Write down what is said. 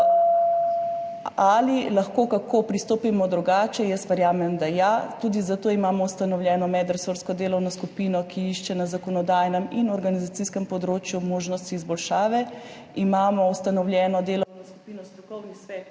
Ali lahko pristopimo kako drugače? Verjamem, da ja. Tudi zato imamo ustanovljeno medresorsko delovno skupino, ki išče na zakonodajnem in organizacijskem področju možnosti izboljšave. Imamo ustanovljeno delovno skupino, strokovni svet